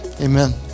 Amen